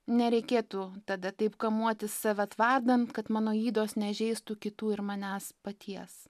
nereikėtų tada taip kamuoti save tvardant kad mano ydos nežeistų kitų ir manęs paties